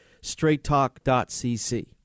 straighttalk.cc